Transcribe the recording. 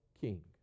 king